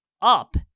up